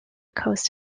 coast